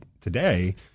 today